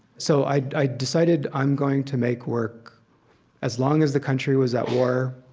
so i i decided, i'm going to make work as long as the country was at war,